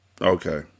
okay